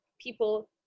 people